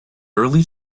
early